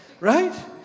Right